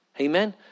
Amen